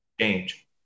change